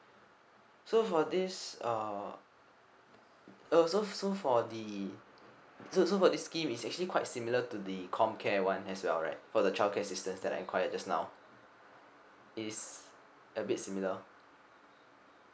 so for this uh uh so so so for the so so for this scheme is actually quite similar to the comm care one as well right or the childcare assistance that I enquired just now it's a bit similar